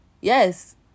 Yes